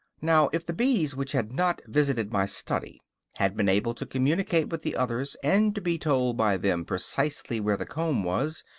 now if the bees which had not visited my study had been able to communicate with the others, and to be told by them precisely where the comb was,